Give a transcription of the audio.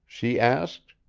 she asked.